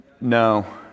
No